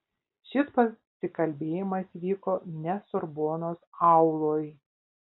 šis pasikalbėjimas vyko ne sorbonos auloj